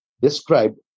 described